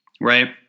right